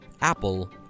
Apple